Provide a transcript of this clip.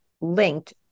linked